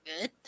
good